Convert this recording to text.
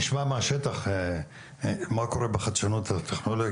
נשמע מהשטח מה קורה בחדשנות הטכנולוגית,